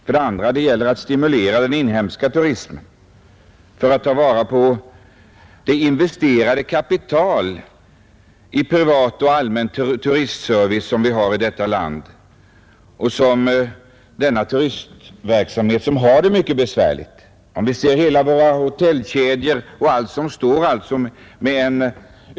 För det andra gäller det att stimulera den inhemska turismen och därigenom ta vara på det kapital som är investerat i privat och allmän turistservice i vårt land. Turistnäringen har det nu mycket besvärligt. Vi behöver bara se på den stora överkapacitet som för närvarande finns i våra hotellkedjor och vid alla andra anläggningar.